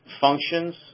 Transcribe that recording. functions